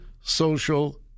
social